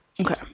Okay